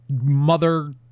mother